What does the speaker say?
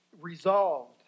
resolved